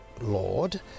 Lord